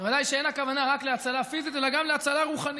וודאי שאין הכוונה רק להצלה פיזית אלא גם להצלה רוחנית.